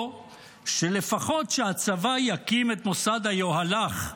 או לפחות שהצבא יקים את מוסד היוהל"ח,